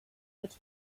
would